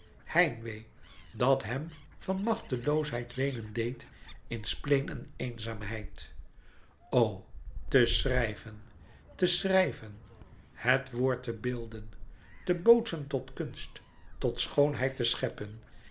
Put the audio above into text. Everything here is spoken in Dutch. dat hem van machteloosheid weenen deed in spleen en eenzaamheid o te schrijven te schrijven het woord te beelden te bootsen tot kunst tot schoonheid te scheppen